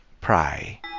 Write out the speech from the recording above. pray